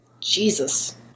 Jesus